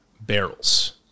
barrels